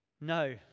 No